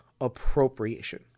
appropriation